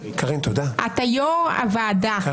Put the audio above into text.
אתה יו"ר הוועדה,